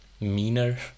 meaner